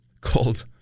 called